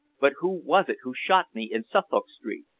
but who was it who shot me in suffolk street?